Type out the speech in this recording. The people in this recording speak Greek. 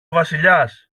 βασιλιάς